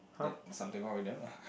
then something wrong with them lah